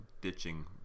ditching